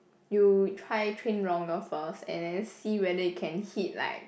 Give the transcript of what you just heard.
you try train longer first and then see whether you can hit like